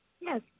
Yes